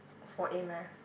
for A-math